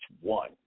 one